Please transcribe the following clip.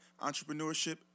entrepreneurship